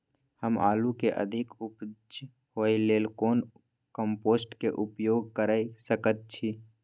हम आलू के अधिक उपज होय लेल कोन कम्पोस्ट के उपयोग कैर सकेत छी?